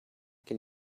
can